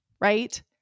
right